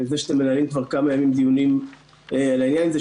אתם מנהלים כבר כמה ימים דיונים על העניין הזה,